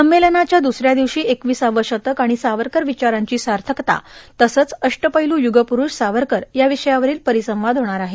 संमेलनाच्या दुसऱ्या दिवशी एकविसावं शतक आणि सावरकर विचारांची सार्यकता तसंच अष्टपैलू युगपुरूष सावरकर या विषयावरील परिसंवाद होणार आहेत